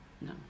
No